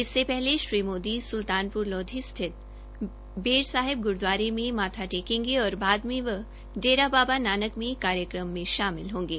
इससे पहले श्री मोदी के सुल्तानपुर लोधी स्थित बेर साहिब गुरूद्वारे में माथा टेंकेगे और बाद में वह डेरा बाबा नानक में एक कार्यक्रम में शामिल होंगे